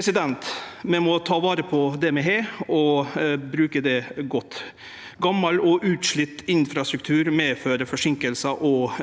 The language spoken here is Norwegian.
som er. Vi må ta vare på det vi har og bruke det godt. Gamal og utsliten infrastruktur medfører forseinkingar og